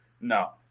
No